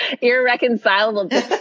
irreconcilable